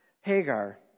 Hagar